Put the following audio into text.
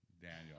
Daniel